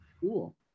Cool